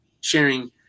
sharing